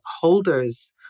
holders